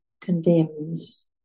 condemns